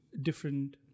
different